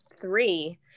three